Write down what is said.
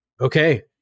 Okay